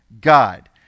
god